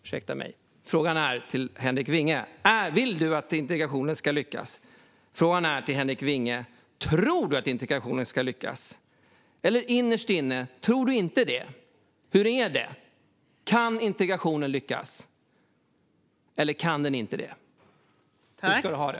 Ursäkta mig, frågan är: Tror du att integrationen ska lyckas, eller tror du innerst inne inte det? Hur är det - kan integrationen lyckas, eller kan den inte det? Hur ska du ha det?